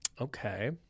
okay